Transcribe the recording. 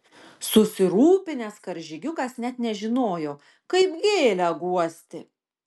susirūpinęs karžygiukas net nežinojo kaip gėlę guosti